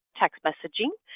text messaging.